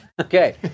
Okay